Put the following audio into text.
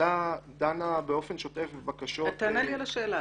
הוועדה דנה באופן שוטף בבקשות --- תענה לי על השאלה,